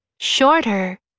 shorter